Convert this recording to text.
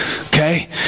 Okay